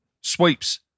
Sweeps